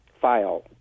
file